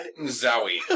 Zowie